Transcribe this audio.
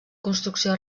construcció